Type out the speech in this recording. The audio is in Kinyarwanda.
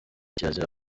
kirazira